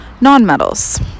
non-metals